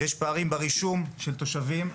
יש פערים ברישום של תושבים,